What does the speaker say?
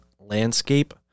landscape